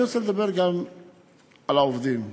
אני רוצה לדבר גם על העובדים.